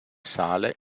sale